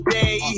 day